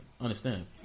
understand